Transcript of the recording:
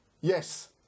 Yes